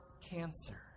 cancer